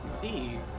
see